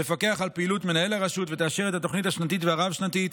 תפקח על פעילות מנהל הרשות ותאשר את התוכנית השנתית והתוכנית הרב-שנתית,